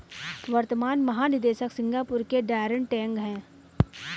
वर्तमान महानिदेशक सिंगापुर के डैरेन टैंग हैं